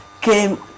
came